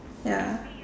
ya